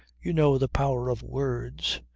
you know the power of words.